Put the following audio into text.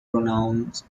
pronouns